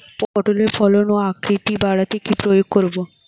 পটলের ফলন ও আকৃতি বাড়াতে কি প্রয়োগ করব?